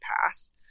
pass